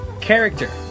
character